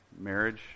marriage